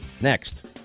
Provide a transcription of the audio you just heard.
Next